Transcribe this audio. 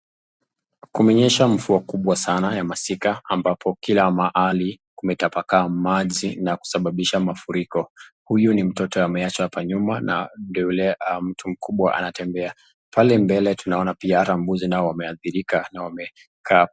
Kumenyesha mvua kubwa sana ya masika ambapo kila mahali kumetapakaa maji na kusababisha mafuriko. Huyu ni mtoto ameachwa hapa nyuma na ndio yule mtu mkubwa anatembea. Pale mbele tunaona pia ata mbuzi nao wameadhirika na wamekaa hapo.